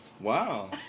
Wow